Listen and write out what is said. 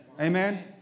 amen